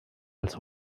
als